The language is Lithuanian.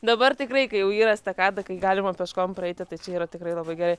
dabar tikrai kai jau yra estakada kai galima peškom praeititai čia yra tikrai labai gerai